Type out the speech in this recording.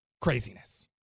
Craziness